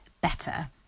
better